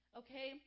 okay